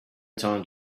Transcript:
time